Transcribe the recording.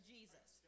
Jesus